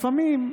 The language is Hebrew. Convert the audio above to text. לפעמים,